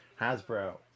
Hasbro